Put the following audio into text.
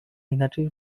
inaczej